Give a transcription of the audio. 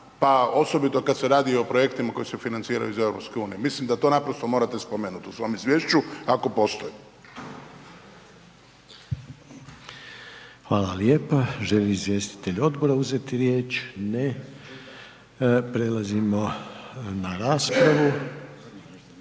pa osobito kad se radi o projektima koji se financiraju iz EU-a, mislim da to naprosto morate spomenuti u svom izvješću ako postoji. **Reiner, Željko (HDZ)** Hvala lijepa. Želi li izvjestitelj odbora uzeti riječ? Ne. Prelazimo na raspravu.